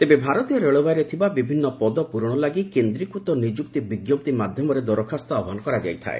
ତେବେ ଭାରତୀୟ ରେଳବାଇରେ ଥିବା ବିଭିନ୍ନ ପଦ ପୂରଣ ଲାଗି କେନ୍ଦ୍ରୀକୃତ ନିଯୁକ୍ତି ବିଜ୍ଞପ୍ତି ମାଧ୍ୟମରେ ଦରଖାସ୍ତ ଆହ୍ୱାନ କରାଯାଇଥାଏ